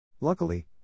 Luckily